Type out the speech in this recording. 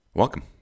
Welcome